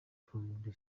from